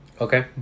Okay